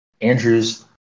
Andrews